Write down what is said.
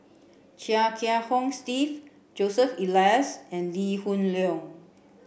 Chia Kiah Hong Steve Joseph Elias and Lee Hoon Leong